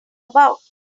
about